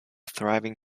thriving